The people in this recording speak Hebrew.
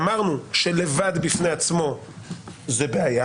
אמרנו שלבד בפני עצמו זו בעיה.